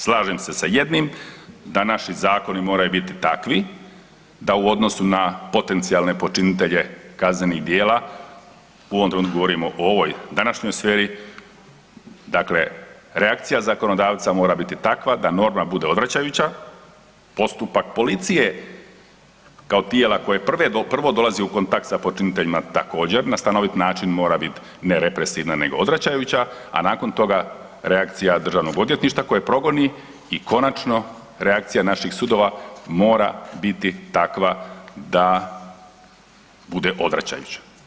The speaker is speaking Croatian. Slažem se sa jednim, da naši zakoni moraju biti takvi da u odnosu na potencijalne počinitelje kaznenih djela u ovom trenutku govorimo o ovoj današnjoj sferi, dakle reakcija zakonodavca mora biti takva da norma bude odvraćajuća, postupak policije kao tijela koje prvo dolazi u kontakt sa počiniteljima također na stanovit način mora biti ne represiv na nego odvraćajuća, a nakon toga reakcija državnog odvjetništva koje progoni i konačno reakcija naših sudova mora biti takva bude odvraćajuća.